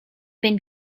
been